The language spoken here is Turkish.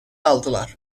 aldılar